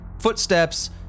Footsteps